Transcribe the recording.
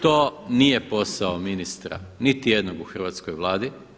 To nije posao ministra niti jednog u hrvatskoj Vladi.